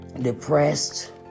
depressed